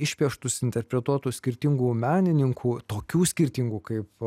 išpieštus interpretuotus skirtingų menininkų tokių skirtingų kaip